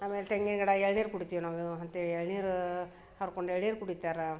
ಆಮೇಲೆ ತೆಂಗಿನ ಗಿಡ ಎಳ್ನೀರು ಕುಡಿತೀವಿ ನಾವು ಅಂತೇಳಿ ಎಳ್ನೀರು ಹರ್ಕೊಂಡು ಎಳ್ನೀರು ಕುಡಿತಾರೆ